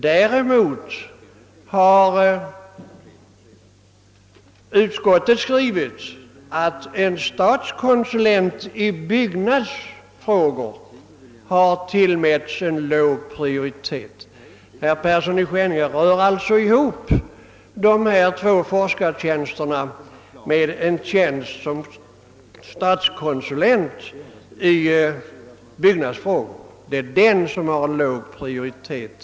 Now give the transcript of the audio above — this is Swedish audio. Däremot har utskottet skrivit att en tjänst som statskonsulent i lant brukets byggnadsfrågor givits låg prioritet. Herr Persson i Skänninge blandar alltså ihop de två forskartjänsterna med tjänsten som statskonsulent i lantbrukets byggnadsfrågor. Det är den sistnämnda som givits låg prioritet.